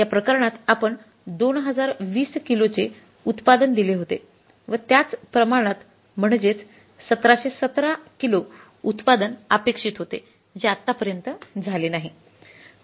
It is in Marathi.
या प्रकरणात आपण 2020 किलोचे उत्पादन दिले होते व त्याच प्रमाणात म्हणजेच 1717 किलो उत्पादन अपेक्षित होते जे आतापर्यंत झाले नाही